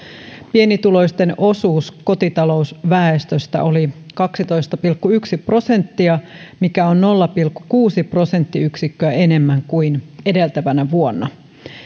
pienituloisten osuus kotitalousväestöstä oli kaksitoista pilkku yksi prosenttia mikä on nolla pilkku kuusi prosenttiyksikköä enemmän kuin edeltävänä vuonna